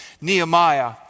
Nehemiah